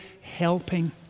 helping